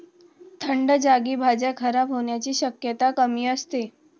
थंड जागी भाज्या खराब होण्याची शक्यता कमी असते